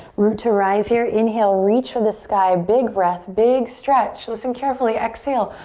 root to rise here. inhale, reach for the sky. big breath. big stretch. listen carefully, exhale,